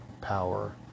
power